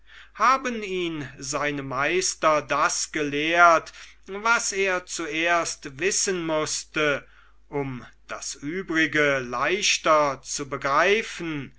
haben ihn seine meister das gelehrt was er zuerst wissen mußte um das übrige leichter zu begreifen